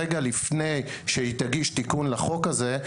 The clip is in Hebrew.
רגע לפני שהיא תגיש תיקון לחוק הזה,